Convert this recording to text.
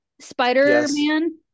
Spider-Man